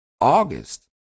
August